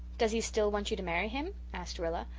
does he still want you to marry him? asked rilla.